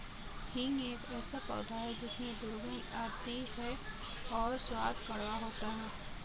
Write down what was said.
हींग एक ऐसा पौधा है जिसमें दुर्गंध आती है और स्वाद कड़वा होता है